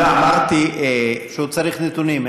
לא, אמרתי, הוא צריך נתונים.